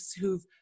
who've